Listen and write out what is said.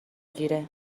گیره